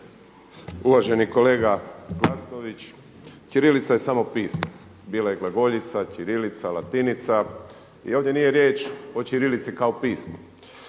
Uvaženi kolega Glasnović, ćirilica je samo pismo. Bila je i glagoljica, ćirilica, latinica i ovdje nije riječ o ćirilici kao pismu,